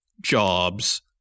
jobs